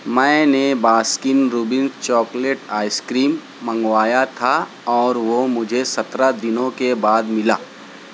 میں نے Baskin Robbins chocolate ice cream منگوایا تھا اور وہ مجھے سترہ دنوں کے بعد ملا